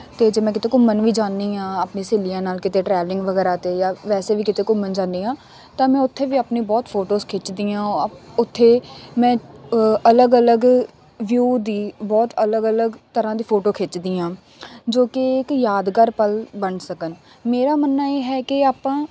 ਅਤੇ ਜੇ ਮੈਂ ਕਿਤੇ ਘੁੰਮਣ ਵੀ ਜਾਂਦੀ ਹਾਂ ਆਪਣੀ ਸਹੇਲੀਆਂ ਨਾਲ ਕਿਤੇ ਟਰੈਵਲਿੰਗ ਵਗੈਰਾ 'ਤੇ ਜਾਂ ਵੈਸੇ ਵੀ ਕਿਤੇ ਘੁੰਮਣ ਜਾਂਦੀ ਹਾਂ ਤਾਂ ਮੈਂ ਉੱਥੇ ਵੀ ਆਪਣੀ ਬਹੁਤ ਫੋਟੋਜ਼ ਖਿੱਚਦੀ ਹਾਂ ਉੱਥੇ ਮੈਂ ਅਲੱਗ ਅਲੱਗ ਵਿਊ ਦੀ ਬਹੁਤ ਅਲੱਗ ਅਲੱਗ ਤਰ੍ਹਾਂ ਦੀ ਫੋਟੋ ਖਿੱਚਦੀ ਹਾਂ ਜੋ ਕਿ ਇੱਕ ਯਾਦਗਾਰ ਪਲ ਬਣ ਸਕਣ ਮੇਰਾ ਮੰਨਣਾ ਇਹ ਹੈ ਕਿ ਆਪਾਂ